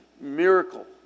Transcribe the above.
Miracle